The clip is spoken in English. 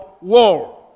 war